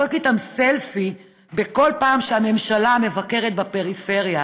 איתן סלפי בכל פעם שהממשלה מבקרת בפריפריה,